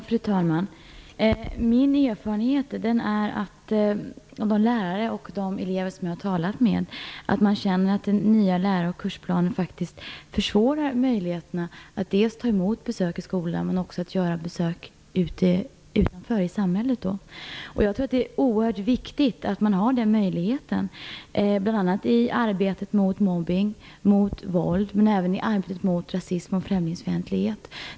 Fru talman! Min erfarenhet, efter att ha talat med elever och lärare, är att man känner att de nya lärooch kursplanerna faktiskt försvårar när det gäller möjligheterna att dels ta emot besök i skolan, dels göra besök utanför skolan, dvs. i samhället. Jag tror att det är oerhört viktigt att man har den möjligheten, bl.a. i arbetet mot mobbning och våld men även i arbetet mot rasism och främlingsfientlighet.